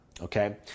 okay